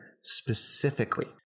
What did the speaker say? specifically